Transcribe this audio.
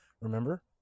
Remember